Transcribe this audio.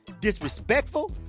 disrespectful